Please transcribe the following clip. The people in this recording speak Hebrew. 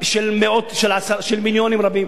של מיליונים רבים.